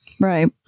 Right